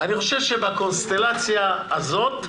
אני חושב שבקונסטלציה הזאת,